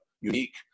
unique